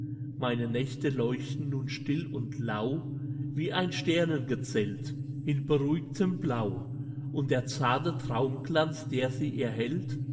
meine nächte leuchten nun still und lau wie ein sternengezelt in beruhigtem blau und der zarte traumglanz der sie erhellt